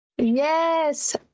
yes